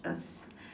uh